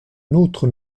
nôtres